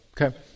Okay